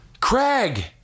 Craig